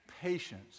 patience